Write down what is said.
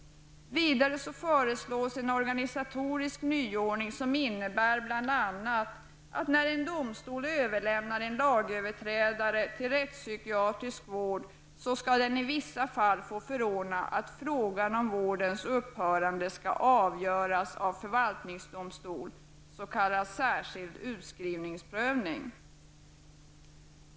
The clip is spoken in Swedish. Vidare föreslås en organisatorisk nyordning som innebär bl.a. att när en domstol överlämnar en lagöverträdare till rättspsykiatrisk vård, skall den i vissa fall få förordna att frågan om vårdens upphörande skall avgöras av förvaltningsdomstol, s.k. särskild skrivningsprövning.